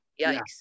yikes